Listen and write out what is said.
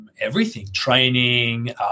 everything—training